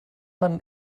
man